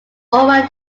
over